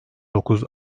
dokuz